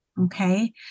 Okay